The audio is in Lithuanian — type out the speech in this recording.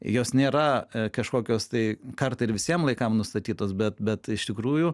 jos nėra kažkokios tai kartą ir visiem laikam nustatytos bet bet iš tikrųjų